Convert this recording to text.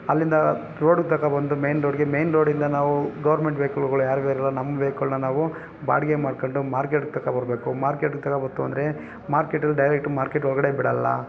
ಅಲ್ಲಿಂದ ರೋಡ್ ತನಕ ಬಂದು ಮೈನ್ ರೋಡ್ಗೆ ಮೈನ್ ರೋಡಿಂದ ನಾವು ಗೌರ್ಮೆಂಟ್ ವೆಹ್ಕಲ್ಗಳು ಯಾರೂ ಇರಲ್ಲ ನಮ್ಮ ವೆಹ್ಕಲನ್ನ ನಾವು ಬಾಡಿಗೆ ಮಾಡ್ಕೊಂಡು ಮಾರ್ಕೆಟ್ ತನಕ ಬರಬೇಕು ಮಾರ್ಕೆಟ್ ತನಕ ಬಂತು ಅಂದರೆ ಮಾರ್ಕೆಟಲ್ಲಿ ಡೈರೆಕ್ಟ್ ಮಾರ್ಕೆಟ್ ಒಳಗಡೆ ಬಿಡಲ್ಲ